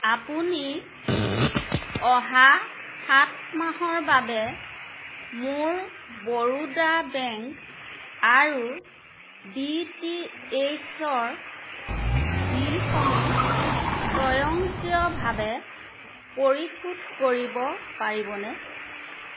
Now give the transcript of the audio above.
আপুনি অহা সাত মাহৰ বাবে মোৰ বৰোদা বেংক আৰু ডি টি এইচৰ বিলসমূহ স্বয়ংক্ৰিয়ভাৱে পৰিশোধ কৰিব পাৰিবনে